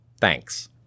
Thanks